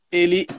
ele